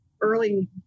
early